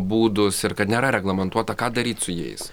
būdus ir kad nėra reglamentuota ką daryt su jais